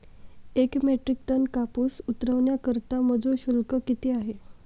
एक metric tonne कापूस उतरवण्याकरता मजूर शुल्क किती आहे?